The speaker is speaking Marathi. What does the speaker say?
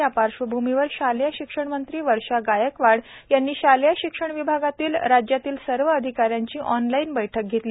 या पार्श्वभूमीवर शालेय शिक्षणमंत्री वर्षा गायकवाड यांनी शालेय शिक्षण विभागातील राज्यातील सर्व अधिकाऱ्यांची ऑनलाईन बैठक घेतली